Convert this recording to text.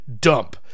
dump